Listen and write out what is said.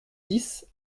dix